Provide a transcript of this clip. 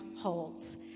holds